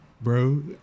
Bro